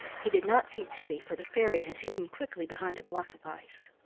he did not see teddy, for the fairy had hidden quickly behind a block of ice.